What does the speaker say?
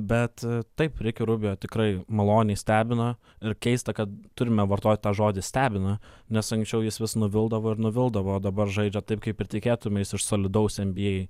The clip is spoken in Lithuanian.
bet taip riki rubio tikrai maloniai stebina ir keista kad turime vartot tą žodį stebina nes anksčiau jis vis nuvildavo ir nuvildavo o dabar žaidžia taip kaip ir tikėtumeis iš solidaus nba